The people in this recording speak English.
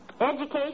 Education